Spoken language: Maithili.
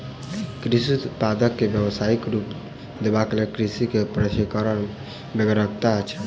कृषि उत्पाद के व्यवसायिक रूप देबाक लेल कृषक के प्रशिक्षणक बेगरता छै